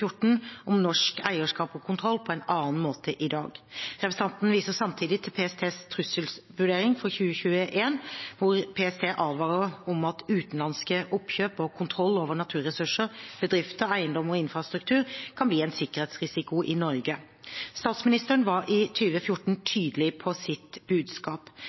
2014, om norsk eierskap og kontroll, på en annen måte i dag. Representanten viser samtidig til PSTs trusselvurdering for 2021, hvor PST advarer om at utenlandske oppkjøp og kontroll over naturressurser, bedrifter, eiendommer og infrastruktur kan bli en sikkerhetsrisiko for Norge. Statsministeren var i 2014 tydelig på sitt